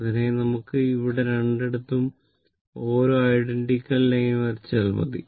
അതിനായി നമുക്ക് ഇവിടെ രണ്ടിടത്തും ഓരോ ഐഡന്റിക്കൽ ലൈൻ വരച്ചാൽ മതി